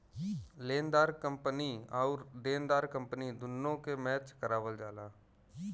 लेनेदार कंपनी आउर देनदार कंपनी दुन्नो के मैच करावल जाला